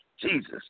Jesus